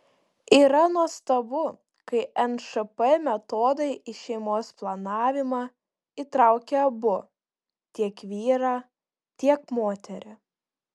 yra nuostabu kai nšp metodai į šeimos planavimą įtraukia abu tiek vyrą tiek moterį